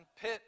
pit